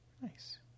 Nice